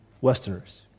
Westerners